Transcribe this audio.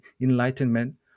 Enlightenment